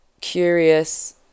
curious